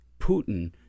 Putin